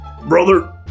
brother